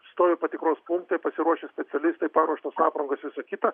stovi patikros punktai pasiruošę specialistai paruoštos aprangos visa kita